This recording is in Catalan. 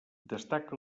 destaca